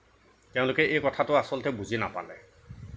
তেওঁলোকে এই কথাটো আচলতে বুজি নাপালে